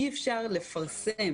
אי-אפשר לפרסם